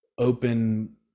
open